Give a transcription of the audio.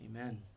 Amen